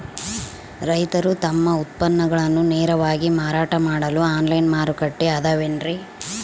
ರೈತರು ತಮ್ಮ ಉತ್ಪನ್ನಗಳನ್ನ ನೇರವಾಗಿ ಮಾರಾಟ ಮಾಡಲು ಆನ್ಲೈನ್ ಮಾರುಕಟ್ಟೆ ಅದವೇನ್ರಿ?